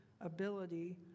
ability